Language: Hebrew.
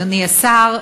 אדוני השר,